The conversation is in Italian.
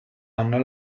anno